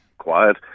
quiet